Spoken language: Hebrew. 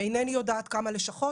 אינני יודעת כמה לשכות,